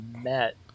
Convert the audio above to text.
met